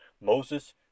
Moses